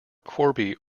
corby